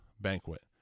banquet